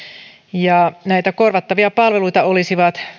näitä korvattavia palveluita olisivat